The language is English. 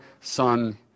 son